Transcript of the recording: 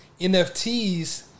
nfts